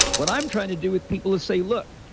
what i'm trying to do with people is say, look,